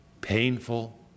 painful